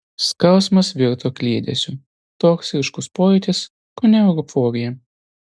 skausmas virto kliedesiu toks ryškus pojūtis kone euforija